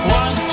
one